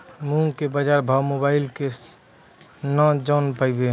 मूंग के बाजार भाव मोबाइल से के ना जान ब?